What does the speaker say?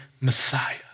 Messiah